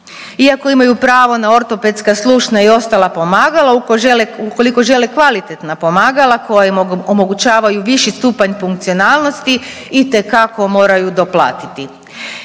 Iako imaju pravo na ortopedska slušna i ostala pomagala ukoliko žele kvalitetna pomagala koja im omogućavaju viši stupanj funkcionalnosti itekako moraju doplatiti.